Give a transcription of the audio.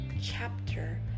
chapter